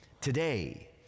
Today